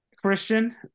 Christian